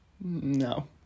No